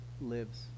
lives